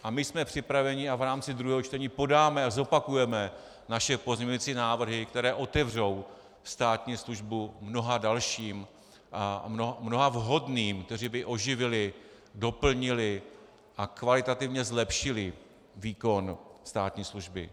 A my jsme připraveni a v rámci druhého čtení podáme a zopakujeme naše pozměňující návrhy, které otevřou státní službu mnoha dalším, mnoha vhodným, kteří by oživili, doplnili a kvalitativně zlepšili výkon státní služby.